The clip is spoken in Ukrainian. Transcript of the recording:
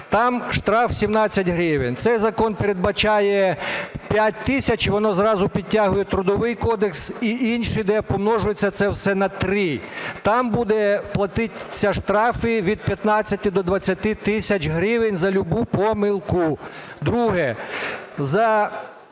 там штраф 17 гривень. Цей закон передбачає 5 тисяч, воно зразу підтягує Трудовий кодекс і інші, де помножується це все на три. Там будуть платитися штрафи від 15 до 20 тисяч гривень за любу помилку. Друге.